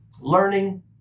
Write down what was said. Learning